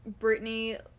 Britney